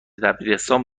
دبیرستان